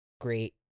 great